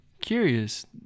curious